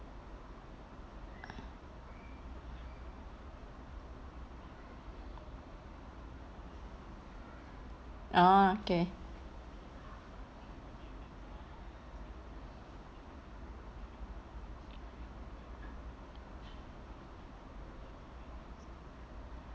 ah okay